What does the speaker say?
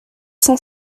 cent